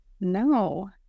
No